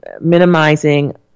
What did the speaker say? minimizing